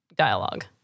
Dialogue